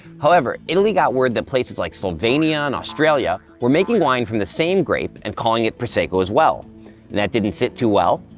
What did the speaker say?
however, italy got word that places like slovenia and australia were making wine from the same grape and calling it prosecco as well and that didn't sit too well.